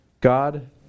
God